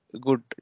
good